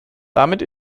damit